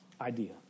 idea